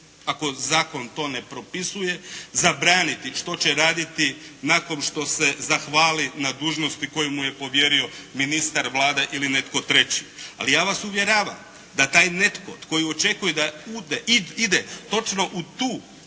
ako zakon to ne propisuje zabraniti što će raditi nakon što se zahvali na dužnosti koju mu je povjerio ministar, Vlada ili netko treći. Ali ja vas uvjeravam da taj netko koji očekuje da ide točno u tu